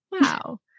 wow